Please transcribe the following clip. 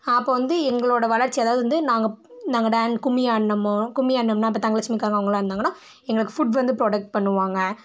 அப்போ வந்து எங்களோடய வளர்ச்சி அதாவது வந்து நாங்கள் நாங்கள் டான் கும்மி ஆடினமோ கும்மி ஆடினம்னா இப்போ தங்கலெட்சுமிக்காரவங்கள்லாம் இருந்தாங்கனா எங்களுக்கு ஃபுட்ஸ் வந்து ப்ரொவைட் பண்ணுவாங்க